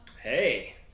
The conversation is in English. Hey